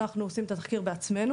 אנחנו עושים את התחקיר בעצמנו,